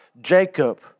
Jacob